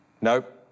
nope